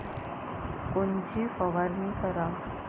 कोनची फवारणी कराव?